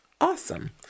Awesome